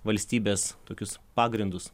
valstybės tokius pagrindus